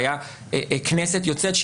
והייתה כנסת יוצאת,